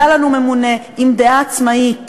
היה לנו ממונה עם דעה עצמאית,